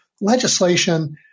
Legislation